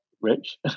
rich